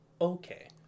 okay